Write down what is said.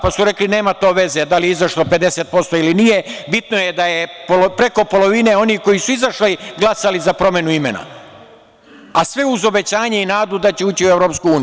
Pa su rekli- nema to veze da li je izašlo 50% ili nije, bitno je da je preko polovine onih koji su izašli i glasali za promenu imena, a sve uz obećanje i nadu da će ući u EU.